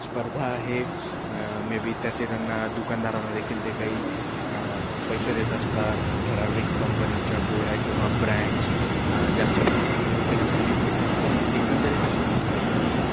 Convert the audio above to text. स्पर्धा आहे maybe त्याचे त्यांना दुकानदारांना देखील ते काही पैसे देत असतात ठराविक कंपनीच्या गोळ्या किंवा ब्रँड्स जास्त प्रमाणामध्ये विकण्यासाठी पण एकंदरीत असं दिसतं आहे की